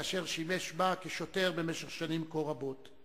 אחרי ששימש בה כשוטר במשך שנים כה רבות.